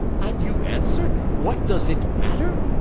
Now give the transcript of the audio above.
and you answer, what does it matter?